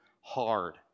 hard